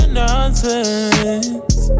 nonsense